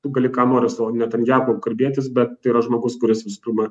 tu gali ką nori su netanjahu kalbėtis bet yra žmogus kuris visų pirma